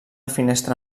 finestra